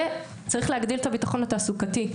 וצריך להגדיל את הביטחון התעסוקתי.